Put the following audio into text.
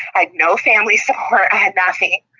i had no family support, i had nothing.